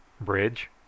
Bridge